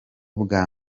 bwa